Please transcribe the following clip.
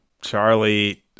Charlie